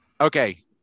Okay